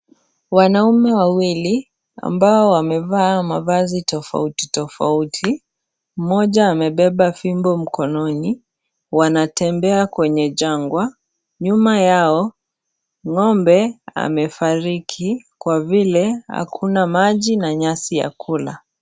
Wanaume wawili ambao wamevaa mavazi tofauti tofauti. Mmoja amebeba fimbo mkononi, wanatembea kwenye jangwa. Nyuma yao ngo'mbe amefariki kwa vile hakuna maji na nyasi ya kula.